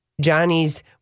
Johnny's